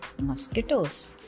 mosquitoes